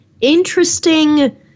interesting